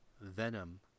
Venom